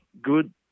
good